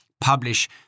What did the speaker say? publish